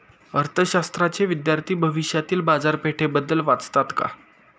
अर्थशास्त्राचे विद्यार्थी भविष्यातील बाजारपेठेबद्दल वाचतात का?